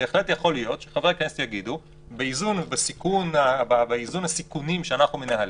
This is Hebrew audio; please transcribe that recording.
בהחלט יכול להיות שחברי הכנסת יגידו שבאיזון הסיכונים שאנחנו מנהלים,